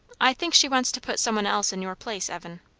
i think she wants to put some one else in your place, evan.